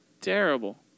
terrible